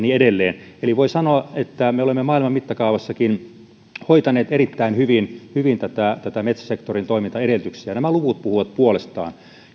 ja niin edelleen eli voi sanoa että me olemme maailman mittakaavassakin hoitaneet erittäin hyvin hyvin metsäsektorin toimintaedellytyksiä nämä luvut puhuvat puolestaan